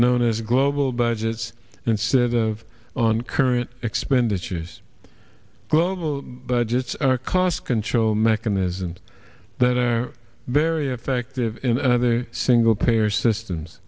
known as global budgets instead of on current expenditures global budgets are cost control mechanisms that are very effective in another single payer systems